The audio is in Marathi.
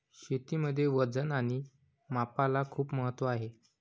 शेतीमध्ये वजन आणि मापाला खूप महत्त्व आहे